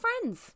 friends